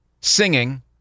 singing